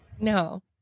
No